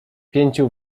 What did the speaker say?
pięciu